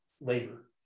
labor